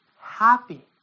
happy